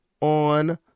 on